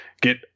get